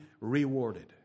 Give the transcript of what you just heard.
rewarded